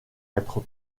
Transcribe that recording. être